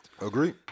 Agree